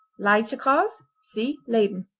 leidsche kaas see leyden.